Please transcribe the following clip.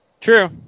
True